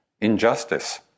injustice